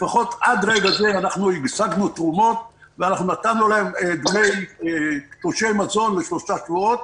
לפחות עד לרגע זה השגנו תרומות ונתנו להם תלושי מזון לשלושה שבועות,